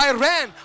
Iran